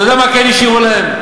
אתה יודע מה כן השאירו להם?